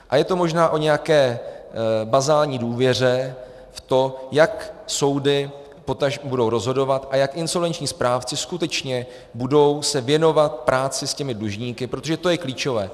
A je to možná o nějaké bazální důvěře v to, jak soudy budou rozhodovat a jak insolvenční správci skutečně se budou věnovat práci s dlužníky, protože to je klíčové.